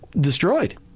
destroyed